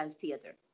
theater